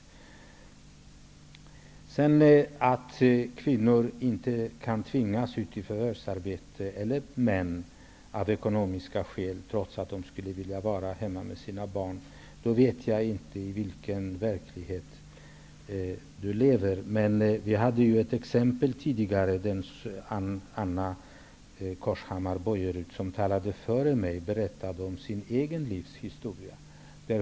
Maj-Inger Klingvall säger att kvinnor -- eller män -- inte kan tvingas ut i förvärvsarbete av ekonomiska skäl trots att de skulle vilja vara hemma med sina barn. Då vet jag inte i vilken verklighet Maj-Inger Klingvall lever. Vi fick ju ett exempel tidigare. Anna Corshammar-Bojerud som talade före mig berättade sitt egets livs historia.